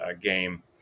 game